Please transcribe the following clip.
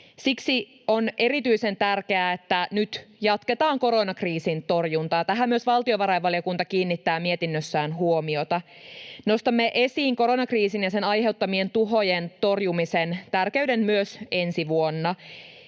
Siksi on erityisen tärkeää, että nyt jatketaan koronakriisin torjuntaa. Tähän myös valtiovarainvaliokunta kiinnittää mietinnössään huomiota. Nostamme esiin koronakriisin ja sen aiheuttamien tuhojen torjumisen tärkeyden myös ensi vuonna.